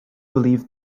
believed